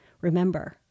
Remember